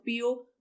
PO